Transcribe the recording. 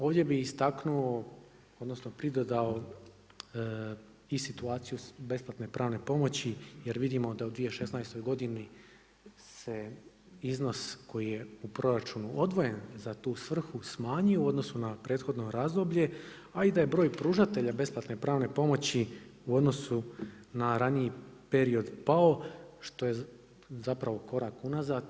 Ovdje bih istaknuo, odnosno pridodao i situaciju besplatne pravne pomoći jer vidimo da u 2016. godini se iznos koji je u proračunu odvojen za tu svrhu smanjio u odnosu na prethodno razdoblje, a i da je broj pružatelja besplatne pravne pomoći u odnosu na raniji period pao što je zapravo korak unazad.